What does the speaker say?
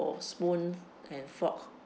spoon and fork